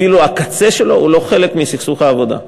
אפילו הקצה שלו הוא לא חלק מסכסוך העבודה,